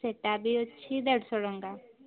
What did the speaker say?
ସେଇଟା ବି ଅଛି ଦେଢ଼ଶହ ଟଙ୍କା